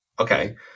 Okay